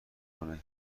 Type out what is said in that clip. کنه